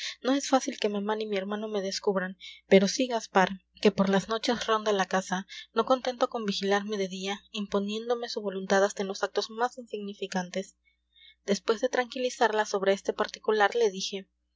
no es fácil que mamá ni mi hermano me descubran pero sí gaspar que por las noches ronda la casa no contento con vigilarme de día imponiéndome su voluntad hasta en los actos más insignificantes después de tranquilizarla sobre este particular le dije